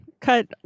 Cut